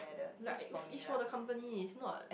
like it's for the company it's not